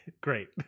Great